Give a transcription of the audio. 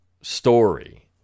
story